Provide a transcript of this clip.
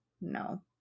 no